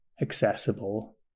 accessible